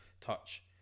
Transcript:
touch